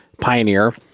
pioneer